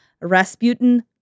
Rasputin